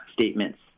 statements